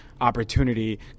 opportunity